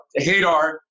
Hadar